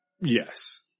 Yes